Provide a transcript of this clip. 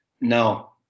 no